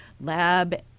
lab